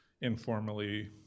informally